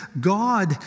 god